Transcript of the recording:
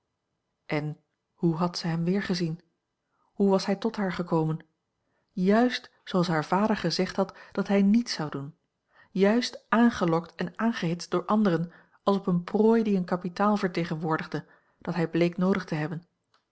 en hoe had zij hem weergezien hoe was hij tot haar gekomen juist zooals haar vader gezegd had dat hij niet zou doen juist aangelokt en aangehitst door anderen als op eene prooi die een kapitaal vertegenwoordigde dat hij bleek noodig te hebben